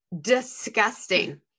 Disgusting